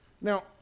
Now